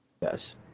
Yes